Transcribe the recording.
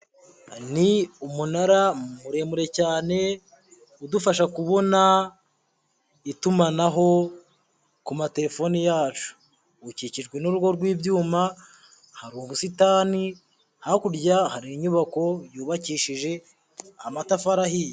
Ni umunara muremure cyane udufasha kubona itumanaho ku matelefoni yacu. Ukikijwe n'urugo rw'ibyuma, hari ubusitani, hakurya hari inyubako yubakishije amatafari ahiye.